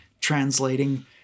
translating